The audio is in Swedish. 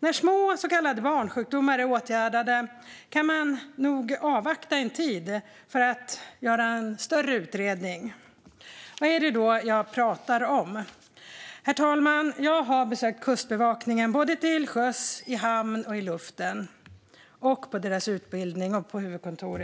När små så kallade barnsjukdomar är åtgärdade kan man avvakta en tid för att göra en större utredning. Vad är det egentligen jag pratar om? Herr talman! Jag har besökt Kustbevakningen till sjöss, i hamn och i luften samt deras utbildning och huvudkontor.